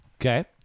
Okay